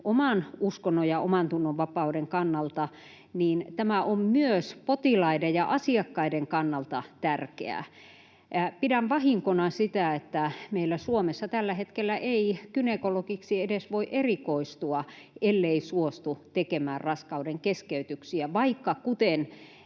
uskonnon‑ ja omantunnonvapauden kannalta tämä on tärkeää myös potilaiden ja asiakkaiden kannalta. Pidän vahinkona sitä, että meillä Suomessa tällä hetkellä ei edes voi erikoistua gynekologiksi, ellei suostu tekemään raskaudenkeskeytyksiä, vaikka kuten